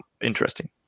interesting